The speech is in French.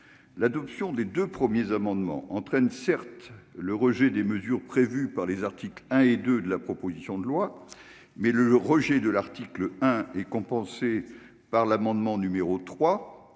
l'adoption des 2 premiers amendements entraîne certes le rejet des mesures prévues par les articles 1 et 2 de la proposition de loi mais le rejet de l'article 1 est compensée par l'amendement numéro 3